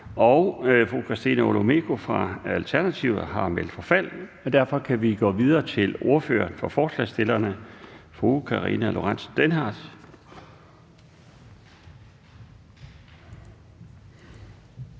Fru Christina Olumeko fra Alternativet har meldt forfald, og derfor kan vi gå videre til ordføreren for forslagsstillerne, fru Karina Lorentzen Dehnhardt.